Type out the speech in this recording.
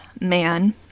man